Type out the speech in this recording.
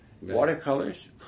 Watercolors